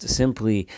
simply